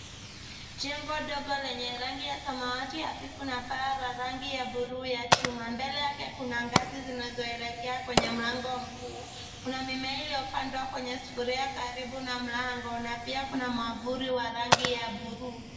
Jengo dogo lenye rangi ya samawati hafifu na paa la rangi ya bluu ya chuma. Mbele yake kuna ngazi zinazoelekea kwenye mlango mkuu. Kuna mimea iliyopandwa kwenye sufuria karibu na mlango na pia kuna mwavuli wa rangi ya bluu.